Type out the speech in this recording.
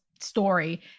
story